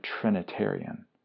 Trinitarian